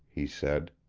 he said.